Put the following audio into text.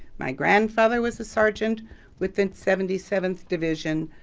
my grandfather was a sergeant with the seventy seventh division,